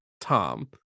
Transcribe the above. Tom